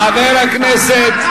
חבר הכנסת,